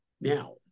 Now